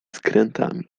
skrętami